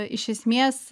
iš esmės